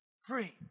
free